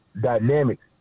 dynamics